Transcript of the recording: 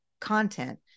content